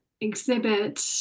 exhibit